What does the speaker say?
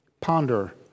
ponder